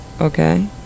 okay